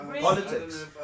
Politics